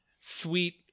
sweet